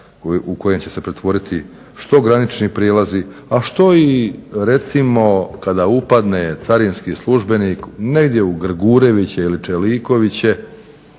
u koje će se pretvoriti što granični prijelazi, a što, recimo kada upadne carinski službenik negdje u Grgureviće ili Čelikoviće